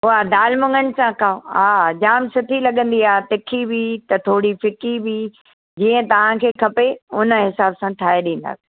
ओ हा दाल मूंगनि सां खाओ हा जाम सुठी लॻंदी आहे तिखी बि त थोरी फिकी बि जीअं तव्हांखे खपे हुनजे हिसाब सां ठाहे ॾींदासीं